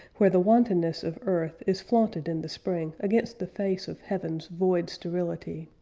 where the wantonness of earth is flaunted in the spring against the face of heaven's void sterility.